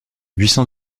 buisson